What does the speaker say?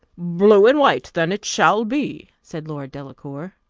blue and white then it shall be, said lord delacour.